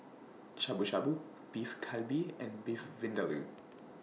Shabu Shabu Beef Galbi and Beef Vindaloo